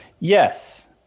Yes